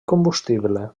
combustible